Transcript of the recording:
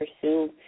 pursue